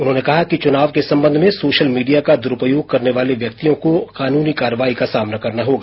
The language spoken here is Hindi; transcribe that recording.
उन्होंने कहा कि चुनाव के संबंध में सोशल मीडिया का दुरुपयोग करने वाले व्यक्तियों को कानूनी कार्रवाई का सामना करना होगा